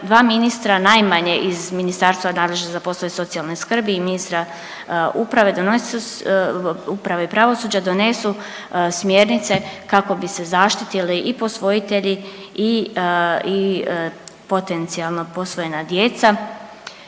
dva ministra najmanje iz ministarstva nadležnog za poslove socijalne skrbi i ministra uprave donesu, uprave i pravosuđa, donesu smjernice kako bi se zaštitili i posvojitelji i potencijalno posvojena djeca